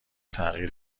تغییر